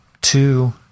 two